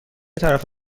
طرف